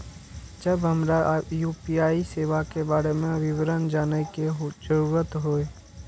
जब हमरा यू.पी.आई सेवा के बारे में विवरण जानय के जरुरत होय?